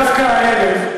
דווקא הערב,